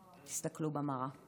תסתכלו במראה.